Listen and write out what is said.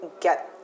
get